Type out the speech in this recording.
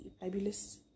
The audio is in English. fabulous